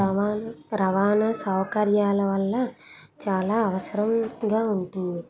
రవాణా రవాణా సౌకర్యాల వల్ల చాలా అవసరంగా ఉంటుంది